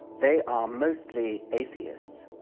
they are mostly atheists,